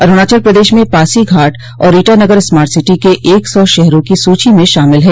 अरूणाचल प्रदेश में पासी घाट और Itanagar smart city के एक सौ शहरों की सूची में शामिल हैं